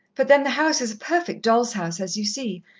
but then the house is a perfect doll's house, as you see.